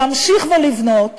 להמשיך ולבנות